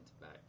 back